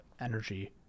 energy